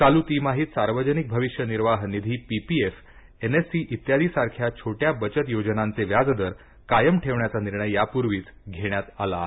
चालू तिमाहीत सार्वजनिक भविष्य निर्वाह निधी पीपीएफ एन एस सी इत्यादीसारख्या छोट्या बचत योजनांचे व्याज दर कायम ठेवण्याचा निर्णय यापूर्वीच घण्यात आला आहे